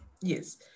Yes